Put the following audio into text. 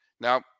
Now